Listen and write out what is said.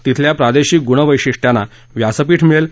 तिथल्या प्रादेशिक गुणवैशिष्ट्यांना व्यासपीठ मिळेल